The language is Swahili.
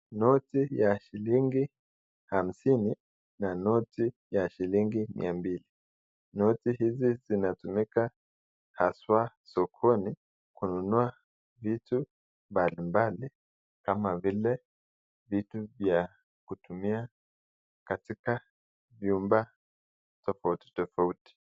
Noti ya shilingi hamsini na noti ya shilingi mia mbili. Noti hizi zinatumika haswa sokoni kununua vitu mbalimbali kama vile vitu vya kutumia katika vyumba tofauti tofauti.